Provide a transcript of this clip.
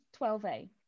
12a